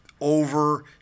over